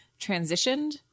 transitioned